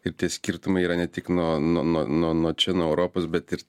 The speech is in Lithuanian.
ir tie skirtumai yra ne tik nuo nuo nuo nuo nuo čia nuo europos bet ir